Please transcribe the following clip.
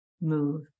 move